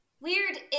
Weird